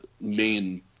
main